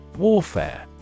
Warfare